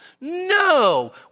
No